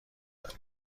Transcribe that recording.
داریم